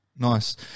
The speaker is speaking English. Nice